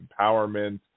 empowerment